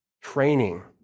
training